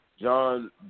John